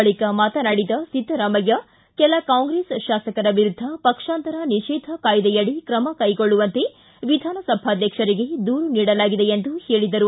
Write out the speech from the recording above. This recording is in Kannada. ಬಳಕ ಮಾತನಾಡಿದ ಸಿದ್ದರಾಮಯ್ಯ ಕೆಲ ಕಾಂಗ್ರೆಸ್ ಶಾಸಕರ ವಿರುದ್ಧ ಪಕ್ಷಾಂತರ ನಿಷೇಧ ಕಾಯ್ದೆಯಡಿ ಕ್ರಮ ಕೈಗೊಳ್ಳುವಂತೆ ವಿಧಾನಸಭಾಧ್ಯಕ್ಷರಿಗೆ ದೂರು ನೀಡಲಾಗಿದೆ ಎಂದು ಹೇಳಿದರು